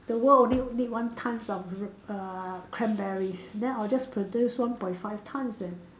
the world only need one tons of r~ err cranberries then I'll just produce one point five tons then